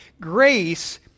Grace